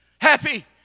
happy